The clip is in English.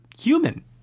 human